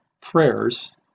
prayers